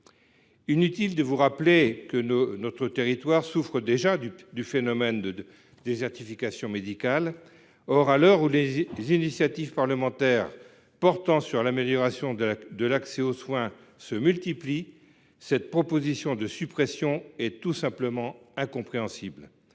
Inutile de vous le rappeler, notre territoire souffre déjà du phénomène de désertification médicale. Or, à l’heure où les initiatives parlementaires portant sur l’amélioration de l’accès aux soins se multiplient, une telle proposition de suppression est tout simplement incompréhensible.